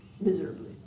Miserably